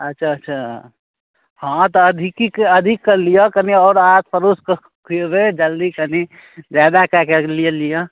अच्छा अच्छा हाँ तऽ अधिके अधिक कऽ लिऽ कनि आओर आस पड़ोसके खुएबै जल्दी कनि जादा कए कए कऽ लिऽ लिऽ